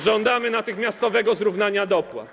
Żądamy natychmiastowego zrównania dopłat.